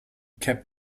kept